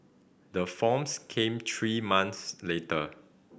the forms came three months later